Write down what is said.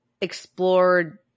explored